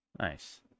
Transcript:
Nice